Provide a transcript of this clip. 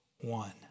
one